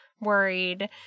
worried